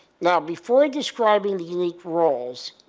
now, before describing the unique roles,